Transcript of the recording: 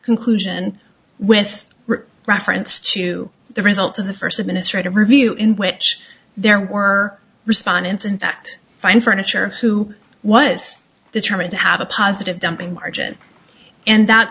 conclusion with reference to the results of the first administrative review in which there were respondents in fact fine furniture who was determined to have a positive dumping margin and that